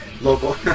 Local